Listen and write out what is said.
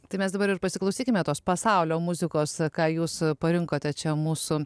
tai mes dabar ir pasiklausykime tos pasaulio muzikos ką jūs parinkote čia mūsų